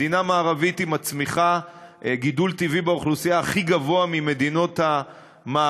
מדינה מערבית עם גידול טבעי באוכלוסייה הכי גבוה ממדינות המערב.